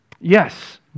Yes